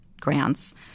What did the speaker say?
grants